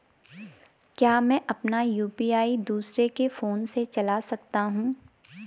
क्या मैं अपना यु.पी.आई दूसरे के फोन से चला सकता हूँ?